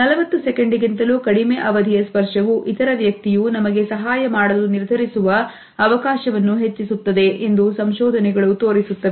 40 second ಗಿಂತಲೂ ಕಡಿಮೆ ಅವಧಿಯ ಸ್ಪರ್ಶವು ಇತರ ವ್ಯಕ್ತಿಯು ನಮಗೆ ಸಹಾಯ ಮಾಡಲು ನಿರ್ಧರಿಸುವ ಅವಕಾಶವನ್ನು ಹೆಚ್ಚಿಸುತ್ತದೆ ಎಂದು ಸಂಶೋಧನೆಗಳು ತೋರಿಸುತ್ತವೆ